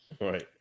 Right